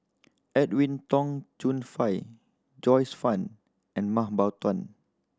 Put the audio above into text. Edwin Tong Chun Fai Joyce Fan and Mah Bow Tan